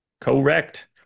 Correct